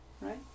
right